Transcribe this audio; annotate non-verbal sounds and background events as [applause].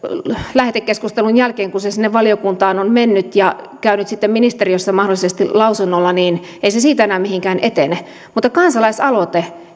lähetekeskustelun jälkeen kun se sinne valiokuntaan on mennyt ja käynyt sitten ministeriössä mahdollisesti lausunnolla siitä enää mihinkään etene mutta kansalaisaloite [unintelligible]